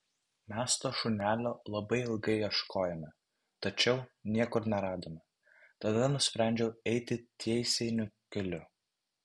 mes to šunelio labai ilgai ieškojome tačiau niekur neradome tada nusprendžiau eiti teisiniu keliu